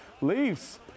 Leafs